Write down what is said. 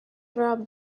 dropped